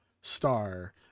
star